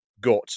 got